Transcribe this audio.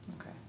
okay